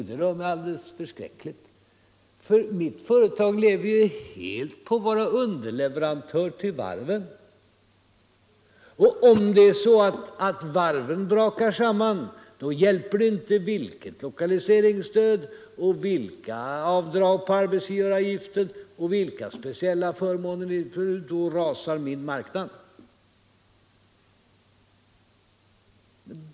”Jo, det rör mig alldeles förskräckligt, för mitt företag lever helt på att vara underleverantör till varven. Om det är så att varven brakar samman hjälper det inte vilket lokaliseringsstöd och vilka avdrag på arbetsgivaravgiften och vilka speciella förmåner man får, för då rasar min marknad,” blev svaret.